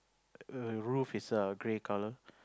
roof is err grey colour